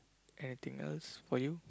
anything else for you